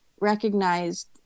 recognized